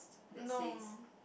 no